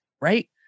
right